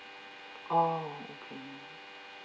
oh okay